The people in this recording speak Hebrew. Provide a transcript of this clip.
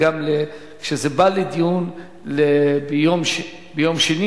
כשזה בא לדיון ביום שני